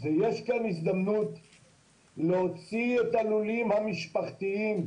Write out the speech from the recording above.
שיש כאן הזדמנות להוציא את הלולים המשפחתיים,